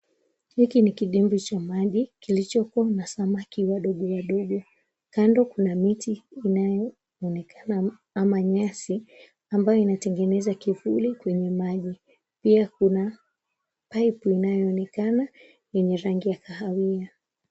Hiki ni kidimbwi cha maji kilichokuwa na samaki wadogo wadogo kando kuna miti inayonekana kama nyasi ambayo imetengeneza kivuli kwenye maji pia kuna paipu inaonekana yenye rangi ya kahawia.